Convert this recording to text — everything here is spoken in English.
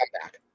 comeback